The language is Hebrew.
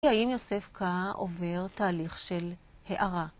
האם יוסף קאה עובר תהליך של הארה?